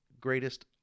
greatest